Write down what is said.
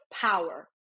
power